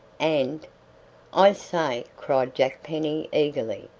and i say, cried jack penny eagerly,